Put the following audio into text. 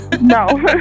No